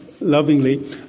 lovingly